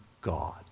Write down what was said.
God